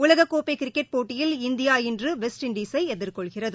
உலகக்கோப்பை கிரிக்கெட் போட்டியில் இந்தியா இன்று வெஸ்ட் இண்டலை எதிர்கொள்கிறது